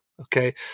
Okay